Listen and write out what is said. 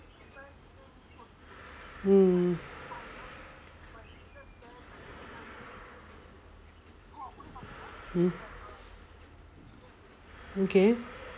mm mm okay